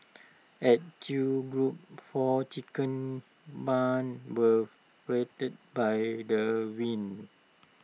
at chew's group four chicken barns were flattened by the winds